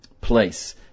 place